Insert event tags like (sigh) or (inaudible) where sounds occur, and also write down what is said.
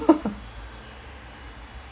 (laughs)